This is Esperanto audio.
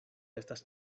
estas